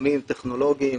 חכמים וטכנולוגיים,